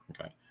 okay